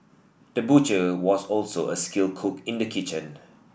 the butcher was also a skilled cook in the kitchen